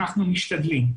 אנחנו משתדלים.